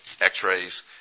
x-rays